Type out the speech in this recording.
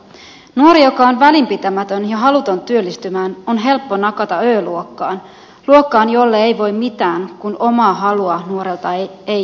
nuori joka on välinpitämätön ja haluton työllistymään on helppo nakata ö luokkaan luokkaan jolle ei voi mitään kun omaa halua nuorella ei ole